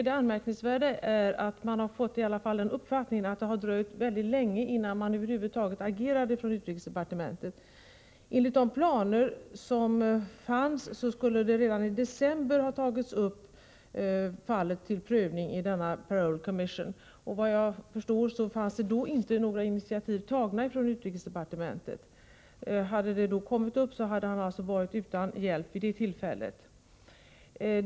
Det anmärkningsvärda är att det dröjde mycket länge innan utrikesdepartementet över huvud taget agerade — det är i alla fall den uppfattning som vi har fått. Enligt de planer som fanns skulle fallet redan i december ha tagits upp till prövning i en s.k. Parole Commission. Efter vad jag förstår hade utrikesdepartementet då inte tagit några initiativ. Om fallet hade kommit upp vid det tillfället, hade alltså Per Herngren varit utan hjälp.